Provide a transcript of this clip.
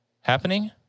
happening